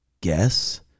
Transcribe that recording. guess